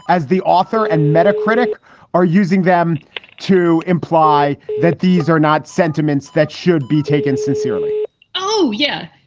as the author and metacritic are using them to imply that these are not sentiments that should be taken sincerely oh, yeah,